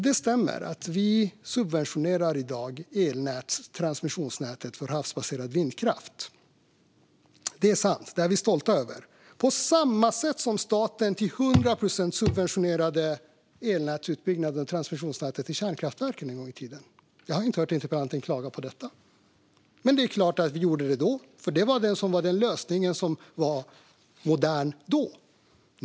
Det stämmer att vi i dag subventionerar transmissionsnätet för havsbaserad vindkraft. Det är sant, och det är vi stolta över. På samma sätt subventionerade staten till hundra procent utbyggnaden av transmissionsnätet i kärnkraftverken en gång i tiden, men jag har inte hört interpellanten klaga på detta. Det är klart att vi gjorde det då, för det var den lösning som var modern då.